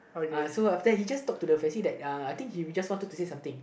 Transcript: uh so after that he just talk to the that uh I think he just wanted to say something